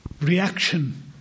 reaction